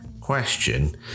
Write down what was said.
question